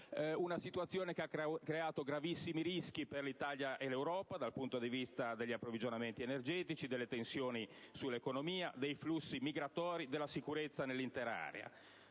una situazione che ha creato gravissimi rischi per l'Italia e l'Europa dal punto di vista degli approvvigionamenti energetici, delle tensioni sull'economia, dei flussi migratori e della sicurezza dell'intera area.